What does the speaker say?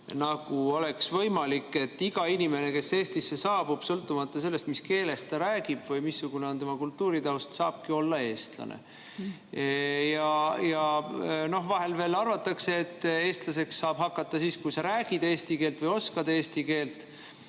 nagu oleks võimalik, et iga inimene, kes Eestisse saabub, sõltumata sellest, mis keeles ta räägib või missugune on tema kultuuritaust, saabki olla eestlane. No vahel veel arvatakse, et eestlaseks saab hakata siis, kui sa räägid eesti keelt või oskad eesti keelt,